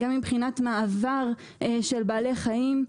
גם מבחינת מעבר של בעלי חיים,